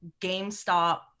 GameStop